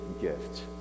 gift